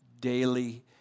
daily